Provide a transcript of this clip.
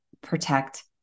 protect